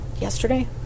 yesterday